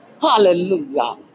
Hallelujah